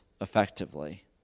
effectively